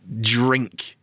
drink